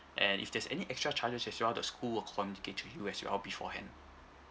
and if there's any extra charges as well the school will communicate to you as well beforehand